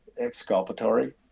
exculpatory